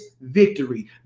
victory